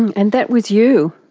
and that was you.